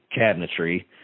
cabinetry